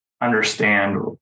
understand